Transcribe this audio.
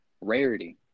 rarity